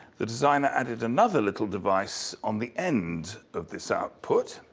the designer added another little device on the end of this output.